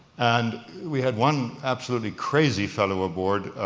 and we had one absolutely crazy fellow aboard